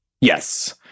Yes